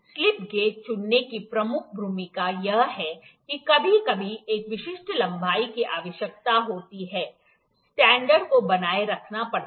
slip gauge चुनने की प्रमुख भूमिका यह है कि कभी कभी एक विशिष्ट लंबाई की आवश्यकता होती है स्टैंडर्ड को बनाए रखना पड़ता है